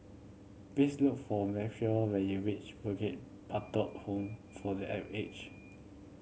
please look for Marquis when you reach Bukit Batok Home for the Aged